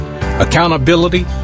accountability